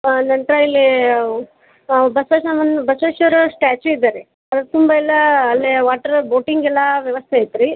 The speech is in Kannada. ಆನಂತರ ಇಲ್ಲಿ ಬಸ್ವೇಶ್ವರ್ನ ಬಸವೇಶ್ವರ ಸ್ಟ್ಯಾಚು ಇದೆ ರೀ ಅಲ್ಲಿ ತುಂಬ ಎಲ್ಲ ಅಲ್ಲೇ ವಾಟ್ರ್ ಬೋಟಿಂಗ್ ಎಲ್ಲ ವ್ಯವಸ್ಥೆ ಐತೆ ರೀ